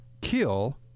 kill